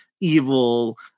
evil